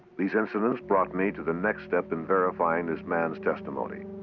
these incidents brought me to the next step in verifying this man's testimony.